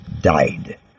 died